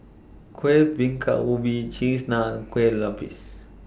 Kuih Bingka Ubi Cheese Naan Kue Lupis